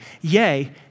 Yea